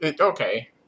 Okay